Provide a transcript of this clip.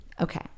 okay